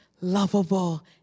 lovable